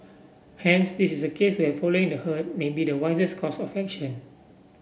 hence this is a case where following the herd may be the wisest course of action